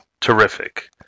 terrific